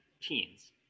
teens